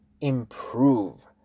improve